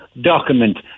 document